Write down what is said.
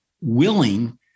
willing